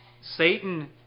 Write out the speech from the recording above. Satan